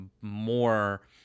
more